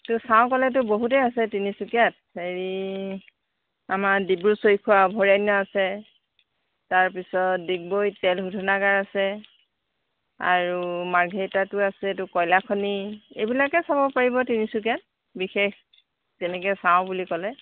চাওঁ ক'লেতো বহুতেই আছে তিনিচুকীয়াত হেৰি আমাৰ ডিব্ৰু চৈখোৱা অভয়াৰণ্য আছে তাৰপিছত ডিগবৈত তেল শোধনাগাৰ আছে আৰু মাৰ্ঘেৰিটাতো আছে এইটো কয়লা খনি এইবিলাকে চাব পাৰিব তিনিচুকীয়াত বিশেষ তেনেকৈ চাওঁ বুলি ক'লে